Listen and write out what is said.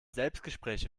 selbstgespräche